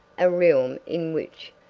a realm in which,